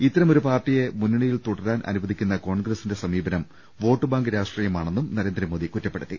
ഇത്തരം ഒരു പാർട്ടിയെ മുന്നണിയിൽ തുടരാൻ അനുവദിക്കുന്ന കോൺഗ്രസിന്റെ സമീപനം വോട്ട് ബാങ്ക് രാഷ്ട്രീയമാണെന്നും നരേന്ദ്രമോദി കുറ്റപ്പെടുത്തി